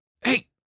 Hey